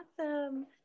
Awesome